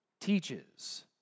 teaches